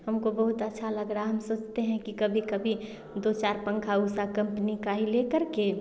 हम को बहुत अच्छा लग रहा है हम सोचते है कि कभी कभी दो चार पंखा उषा कम्पनी का ही ले कर के